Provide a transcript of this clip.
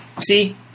See